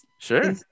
sure